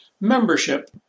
Membership